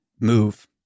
move